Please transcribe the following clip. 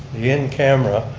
the in camera,